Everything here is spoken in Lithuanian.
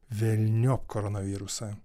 velniop koronavirusą